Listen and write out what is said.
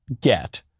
get